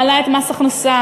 מעלה את מס הכנסה,